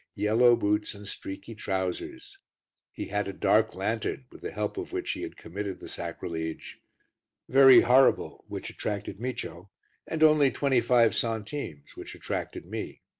yellow boots and streaky trousers he had a dark lantern with the help of which he had committed the sacrilege very horrible which attracted micio, and only twenty-five centimes which attracted me.